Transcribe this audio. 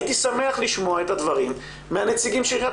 הייתי שמח לשמוע את הדברים מנציגי עיריית